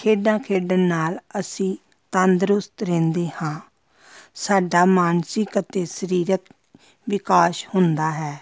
ਖੇਡਾਂ ਖੇਡਣ ਨਾਲ ਅਸੀਂ ਤੰਦਰੁਸਤ ਰਹਿੰਦੇ ਹਾਂ ਸਾਡਾ ਮਾਨਸਿਕ ਅਤੇ ਸਰੀਰਕ ਵਿਕਾਸ ਹੁੰਦਾ ਹੈ